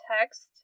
text